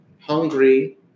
hungry